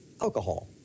alcohol